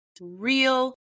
real